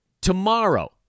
Tomorrow